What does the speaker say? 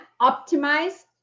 optimize